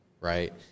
right